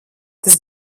tas